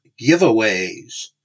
giveaways